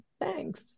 Thanks